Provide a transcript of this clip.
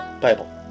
Bible